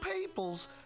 peoples